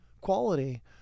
quality